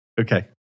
Okay